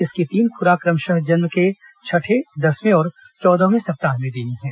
इसकी तीन खुराक क्रमशः जन्म के छठवें दसवें और चौदहवें सप्ताह में देनी है